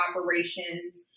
operations